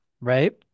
right